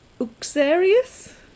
Uxarius